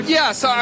yes